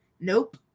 nope